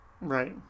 Right